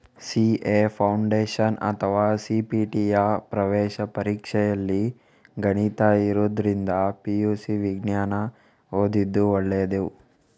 CA foundation ಅಥವಾ ಸಿ.ಪಿ.ಟಿಯ ಪ್ರವೇಶ ಪರೀಕ್ಷೆಯಲ್ಲಿ ಗಣಿತ ಇರುದ್ರಿಂದ ಪಿ.ಯು.ಸಿ ವಿಜ್ಞಾನ ಓದುದು ಒಳ್ಳೇದು